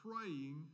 praying